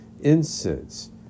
Incense